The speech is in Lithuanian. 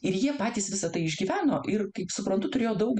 ir jie patys visa tai išgyveno ir kaip suprantu turėjo daug